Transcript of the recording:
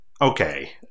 Okay